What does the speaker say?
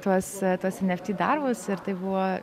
tuos tuos en ef tį darbus ir tai buvo